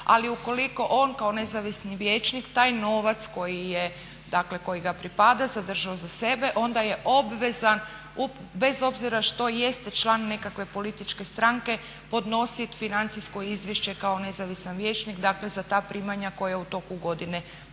Ali ukoliko on kao nezavisni vijećnik taj novac koji je, dakle koji ga pripada zadržao za sebe onda je obvezan bez obzira što jeste član nekakve političke stranke podnositi financijsko izvješće kao nezavisan vijećnik. Dakle, za ta primanja koja u toku godine dobiva.